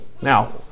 now